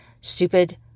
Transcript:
stupid